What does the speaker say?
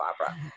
opera